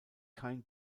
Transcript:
kein